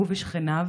הוא ושכניו,